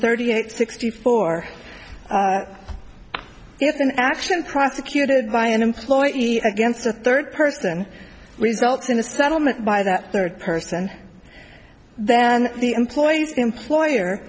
thirty eight sixty four if an action prosecuted by an employee against a third person results in a settlement by that third person then the employes employer